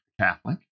Catholic